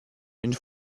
une